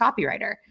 copywriter